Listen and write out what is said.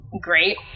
great